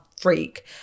freak